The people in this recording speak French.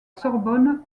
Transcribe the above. sorbonne